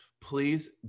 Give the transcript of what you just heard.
please